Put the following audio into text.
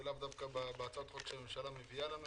ולאו דווקא על הצעות חוק שהממשלה מביאה לנו.